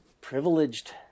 privileged